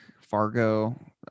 Fargo